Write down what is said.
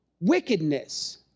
wickedness